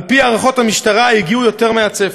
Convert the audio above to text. על-פי הערכות המשטרה, הגיעו יותר מהצפוי.